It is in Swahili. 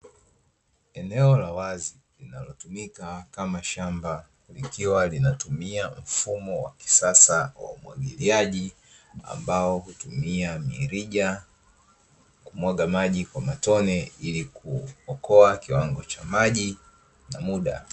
Eneo la wazi linalotumika kama shamba likiwa linatumia mfumo wa kisasa wa umwagiliaji ambao hutumia mirija kumwaga maji kwa matone ili kuokoa kiwango cha maji na muda.